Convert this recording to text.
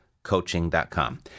coaching.com